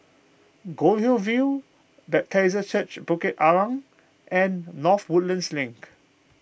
Goldhill View Bethesda Church Bukit Arang and North Woodlands Link